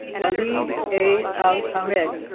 waleed a. al-hamed